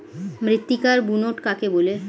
মৃত্তিকার বুনট কাকে বলে?